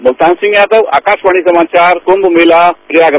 मुल्तान सिंह यादव आकाशवाणी समाचार कृंभ मेला प्रयागराज